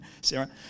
Sarah